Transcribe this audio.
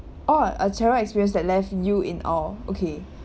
oh a travel experience that left you in awe okay